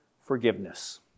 forgiveness